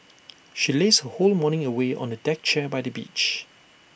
she lazed her whole morning away on A deck chair by the beach